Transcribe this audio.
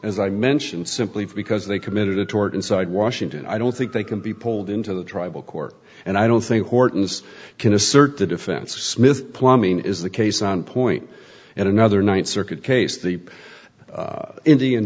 as i mentioned simply because they committed a tort inside washington i don't think they can be pulled into the tribal court and i don't think horton's can assert the defense smith plumbing is the case on point and another ninth circuit case the indian